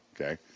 okay